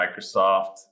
Microsoft